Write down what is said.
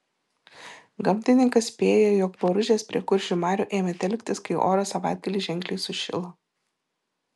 gamtininkas spėja jog boružės prie kuršių marių ėmė telktis kai oras savaitgalį ženkliai sušilo